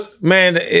Man